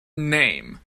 name